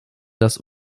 das